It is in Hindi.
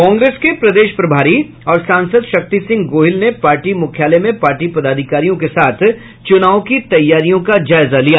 कांग्रेस के प्रदेश प्रभारी और सांसद शक्ति सिंह गोहिल ने पार्टी मुख्यालय में पार्टी पदाधिकारियों के साथ चुनाव की तैयारियों का जायजा लिया